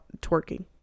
twerking